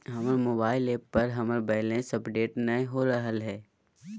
हमर mobile app पर हमर बैलेंस अपडेट नय हो रहलय हें